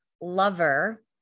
lover